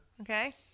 Okay